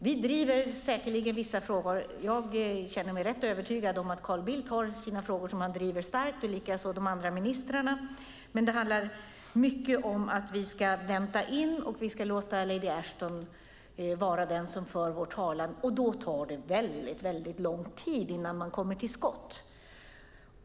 Vi driver säkerligen vissa frågor. Jag känner mig rätt övertygad om att Carl Bildt har frågor som han driver starkt, likaså de andra ministrarna, men det handlar mycket om att vi ska vänta in och låta lady Ashton vara den som för vår talan. Och då tar det väldigt lång tid innan man kommer till skott.